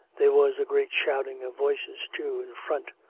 there was a great shouting of voices, too, in front,